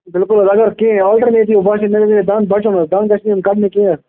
بِلکُل حظ اَگر کیٚنٛہہ آلٹَرنیٚٹوٗ باسیٚو مےٚ حظ یہِ دَنٛد بچُن حظ دَنٛد گَژھِ نہٕ پیٚون کَڈنہٕ کیٚنٛہہ